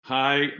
Hi